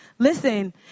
listen